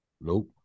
Nope